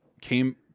came